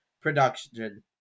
production